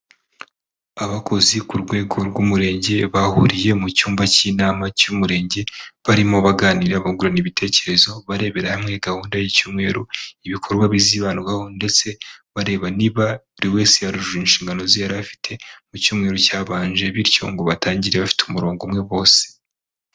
Abakozi ku rwego rw'umurenge bahuriye mu cyumba cy'inama cy'umurenge, barimo baganira bungurana ibitekerezo barebera hamwe gahunda y'icyumweru, ibikorwa bizibandwaho, ndetse bareba niba buri wese yurujuje inshingano ze yari afite mu cyumweru cyabanje, bityo ngo batangire bafite umurongo umwe bose.